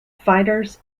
fighters